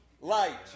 light